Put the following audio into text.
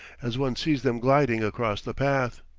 as one sees them gliding across the path.